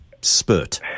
spurt